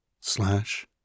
slash